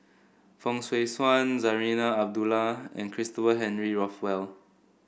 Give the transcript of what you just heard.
Fong Swee Suan Zarinah Abdullah and Christopher Henry Rothwell